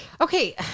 Okay